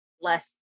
less